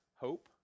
hope